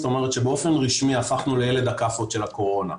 זאת אומרת שבאופן רשמי הפכנו לילד הכאפות של הקורונה.